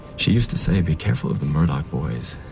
she used to say be careful of the murdock boys.